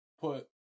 put